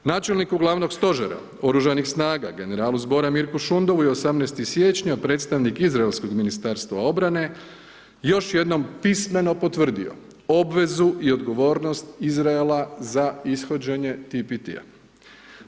Načelniku glavnog stožera Oružanih snaga generalu Zbora Mirku Šundovu i 18. siječnja predstavnik izraelskog Ministarstva obrane još jednom pismeno potvrdio obvezu i odgovornost Izraela za ishođenje TPT-a.